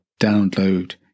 download